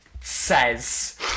says